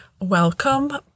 Welcome